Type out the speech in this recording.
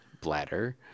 bladder